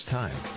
time